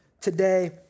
today